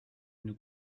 nous